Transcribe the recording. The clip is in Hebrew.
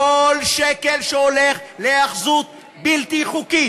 כל שקל שהולך להיאחזות בלתי חוקית